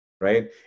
Right